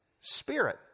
Spirit